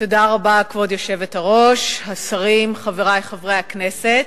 כבוד היושבת-ראש, השרים, חברי חברי הכנסת,